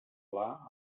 pla